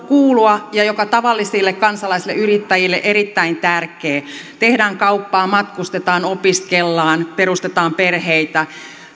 kuulua ja joka tavallisille kansalaisille yrittäjille on erittäin tärkeä tehdään kauppaa matkustetaan opiskellaan perustetaan perheitä